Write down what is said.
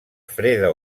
freda